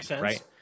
right